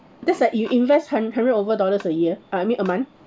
that's like you invest hun~ hundred over dollars a year uh I mean a month